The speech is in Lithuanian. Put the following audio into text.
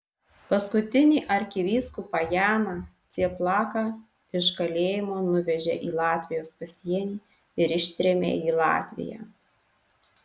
paskutinį arkivyskupą janą cieplaką iš kalėjimo nuvežė į latvijos pasienį ir ištrėmė į latviją